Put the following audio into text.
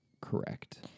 Correct